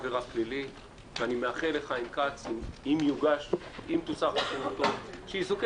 אני יכול לתת תשובה שלא נחקרו, כי זה פשוט